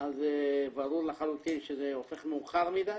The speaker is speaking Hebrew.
אז ברור לחלוטין שזה הופך מאוחר מדי.